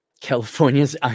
California's